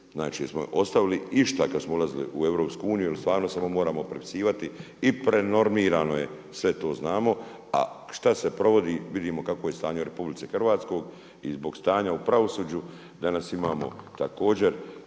znači jesmo li ostavili išta kada smo ulazili u EU jer stvarno samo moramo prepisivati i prenormirano je sve to znamo, a šta se provodi vidimo kako je stanje u RH i zbog stanja u pravosuđu danas imamo također